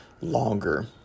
longer